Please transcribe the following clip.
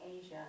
Asia